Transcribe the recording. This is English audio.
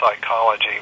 psychology